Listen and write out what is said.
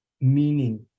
meaning